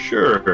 Sure